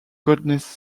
goodness